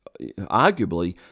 arguably